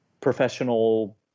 professional